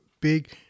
big